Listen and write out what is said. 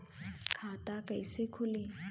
खाता कईसे खुली?